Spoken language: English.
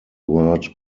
word